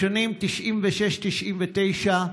בשנים 1996 1999,